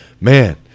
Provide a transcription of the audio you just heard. Man